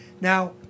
Now